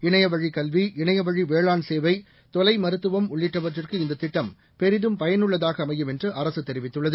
இணையவழி கல்வி இணையவழி வேளாண் சேவை தொலை மருத்துவம் உள்ளிட்டவற்றுக்கு இந்த திட்டம் பெரிதும் பயனுள்ளதாக அமையும் என்று அரசு தெரிவித்துள்ளது